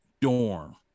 dorm